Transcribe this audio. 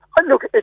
Look